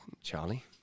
Charlie